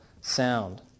sound